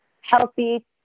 healthy